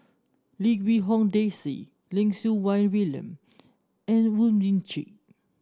Lim Quee Hong Daisy Lim Siew Wai William and Oon Jin Teik